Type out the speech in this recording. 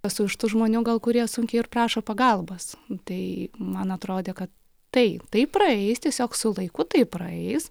esu iš tų žmonių gal kurie sunkiai ir prašo pagalbos tai man atrodė kad tai tai praeis tiesiog su laiku tai praeis